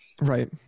right